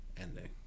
ending